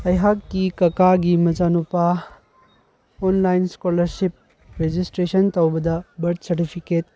ꯑꯩꯍꯥꯛꯀꯤ ꯀꯥꯀꯥꯒꯤ ꯃꯆꯥ ꯅꯨꯄꯥ ꯑꯣꯟꯂꯥꯏꯟ ꯏꯁꯀꯣꯂꯔꯁꯤꯞ ꯔꯦꯖꯤꯁꯇ꯭ꯔꯦꯁꯟ ꯇꯧꯕꯗ ꯕꯥꯔꯠ ꯁꯥꯔꯇꯤꯐꯤꯀꯦꯠ